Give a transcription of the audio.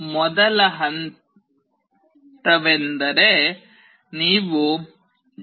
ಮೊದಲ ಹಂತವೆಂದರೆ ನೀವು developper